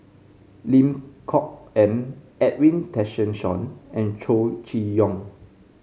Lim Kok Ann Edwin Tessensohn and Chow Chee Yong